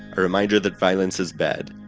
a reminder that violence is bad,